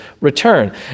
return